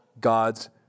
God's